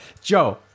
Joe